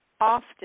often